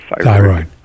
Thyroid